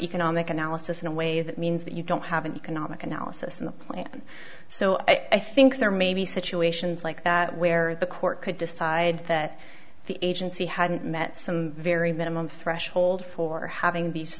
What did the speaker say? economic analysis in a way that means that you don't have an economic analysis in the plan so i think there may be situations like that where the court could decide that the agency hadn't met some very minimum threshold for having these